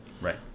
right